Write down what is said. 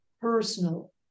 personal